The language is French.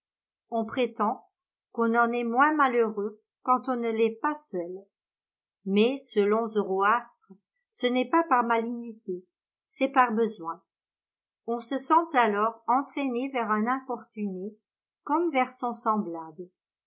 on prétend qu'on en est moins malheureux quand on ne l'est pas seul mais selon zoroastre ce n'est pas par malignité c'est par besoin on se sent alors entraîné vers un infortuné comme vers son semblable